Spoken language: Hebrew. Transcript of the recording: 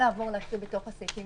להתחיל בתוך הסעיפים